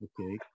Okay